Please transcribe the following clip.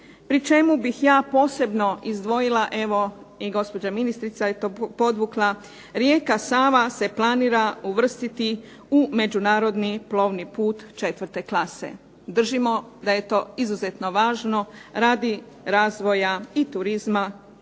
Pri čemu bih ja posebno izdvojila, evo i gospođa ministrica je to podvukla, rijeka Sava se planira uvrstiti u međunarodni plovni put četvrte klase. Držimo da je to izuzetno važno radi razvoja i turizma kao